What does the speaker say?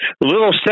little